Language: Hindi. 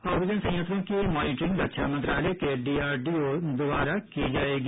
ऑक्सीजन संयंत्रों की मॉनिटरिंग रक्षा मंत्रालय के डीआरडीओ द्वारा की जायेगी